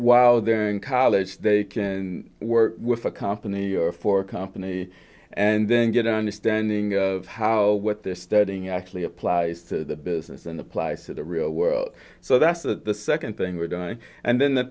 while they're in college they can work with a company or for a company and then get understanding of how what they're studying actually applies to the business and applies to the real world so that's the second thing we're doing and then the